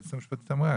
היועצת המשפטית אמרה,